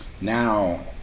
Now